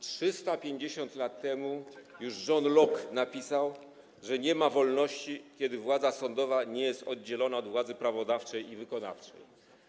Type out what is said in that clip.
350 lat temu już John Locke napisał, że nie ma wolności, kiedy władza sądowa nie jest oddzielona od władzy prawodawczej i wykonawczej.